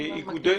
שאיגודי